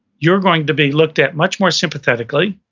you're going to be looked at much more sympathetically,